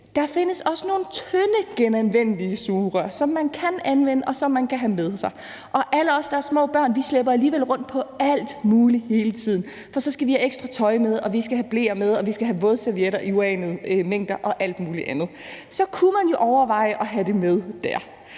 Der findes også nogle tynde genanvendelige sugerør, som man kan anvende, og som man kan have med sig. Og alle os, der har små børn, slæber alligevel rundt på alt muligt hele tiden, for så skal vi have ekstra tøj med, og vi skal have bleer med, og vi skal have vådservietter i uanede mængder og alt muligt andet. Så kunne man jo overveje at have det med dér.